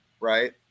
Right